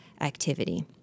activity